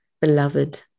Beloved